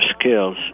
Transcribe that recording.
skills